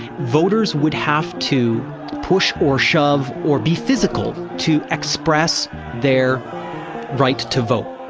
voters would have to push or shove or be physical to express their right to vote